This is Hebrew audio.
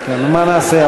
מה נעשה?